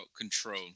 control